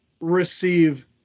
receive